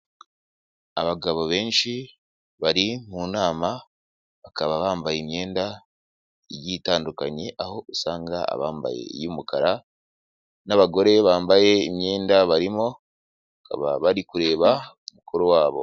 Abagabo benshi bari mu nama bakaba bambaye imyenda igiye itandukanye aho usanga abambaye iy'umukara n'abagore bambaye imyenda barimo bakaba bari kureba mukuru wabo.